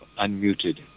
unmuted